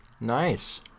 Nice